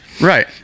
right